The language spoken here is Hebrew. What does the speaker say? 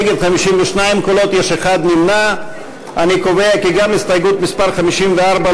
קבוצת סיעת מרצ וחברי הכנסת אלעזר שטרן ויעל גרמן לסעיף 1 לא